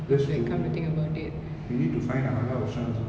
that's true we need to find another option also